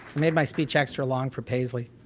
made my speech extra long for paisley.